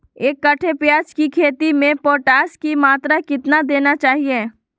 एक कट्टे प्याज की खेती में पोटास की मात्रा कितना देना चाहिए?